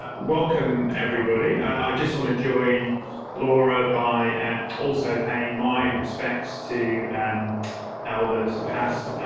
welcome, everybody. i just want to join laura by and also paying my and respects to and elders past,